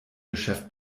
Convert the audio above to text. geschäft